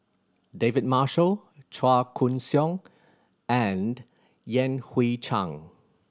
David Marshall Chua Koon Siong and Yan Hui Chang